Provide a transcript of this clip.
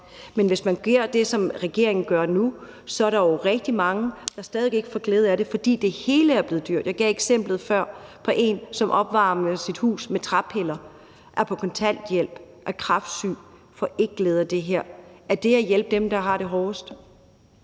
Men hvis man gør det, som regeringen gør nu, så er der jo stadig væk rigtig mange, der ikke får glæde af det, fordi det hele er blevet dyrt. Jeg gav før et eksempel på en, som opvarmer sit hus med træpiller, er på kontanthjælp og er kræftsyg, og vedkommende får ikke glæde af det her. Er det at hjælpe dem, der har det hårdest?